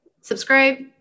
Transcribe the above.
subscribe